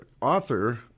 author